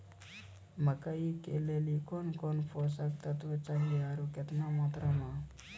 मकई के लिए कौन कौन पोसक तत्व चाहिए आरु केतना मात्रा मे?